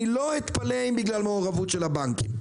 אני לא אתפלא אם בגלל מעורבות של הבנקים.